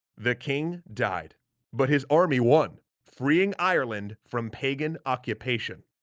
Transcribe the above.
the king died but his army won, freeing ireland from pagan occupation,